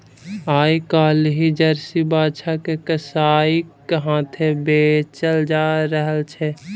आइ काल्हि जर्सी बाछा के कसाइक हाथेँ बेचल जा रहल छै